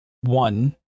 One